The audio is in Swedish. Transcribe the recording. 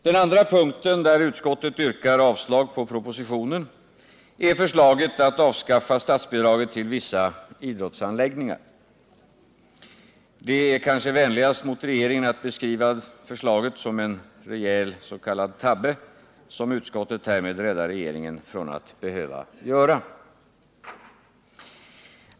Den andra punkt där utskottet yrkar avslag på propositionen är förslaget att avskaffa statsbidraget till vissa idrottsanläggningar. Det är vänligast mot regeringen att beskriva det förslaget som en rejäl s.k. tabbe, som utskottet härmed räddar regeringen från att behöva göra.